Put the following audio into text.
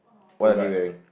what are they wearing